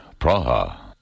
Praha